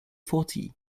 fourty